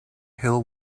hill